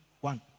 one